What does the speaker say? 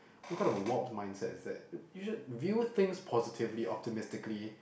what kind of a warped mindset is that you should view things positively optimistically